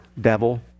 devil